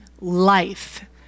life